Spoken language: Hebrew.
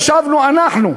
ישבנו אנחנו.